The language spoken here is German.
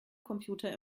computer